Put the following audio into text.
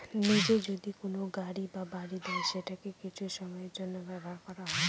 নিজে যদি কোনো গাড়ি বা বাড়ি দেয় সেটাকে কিছু সময়ের জন্য ব্যবহার করা হয়